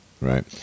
right